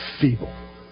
feeble